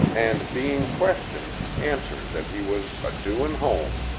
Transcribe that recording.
and being questioned answered that he was a doin' home.